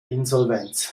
insolvenz